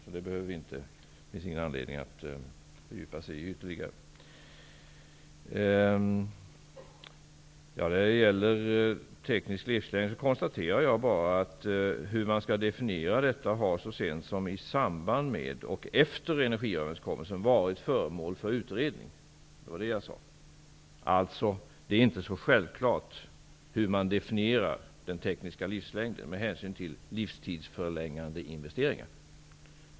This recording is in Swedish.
Så det finns ingen anledning att fördjupa sig ytterligare i detta. Jag konstaterar bara att definitionen av teknisk livslängd har så sent som i samband med och efter energiöverenskommelsen varit föremål för utredning. Det var vad jag sade. Det är alltså inte så självklart hur man definierar den tekniska livslängden med hänsyn till livstidsförlängande investeringar.